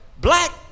Black